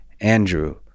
Andrew